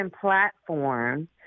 platform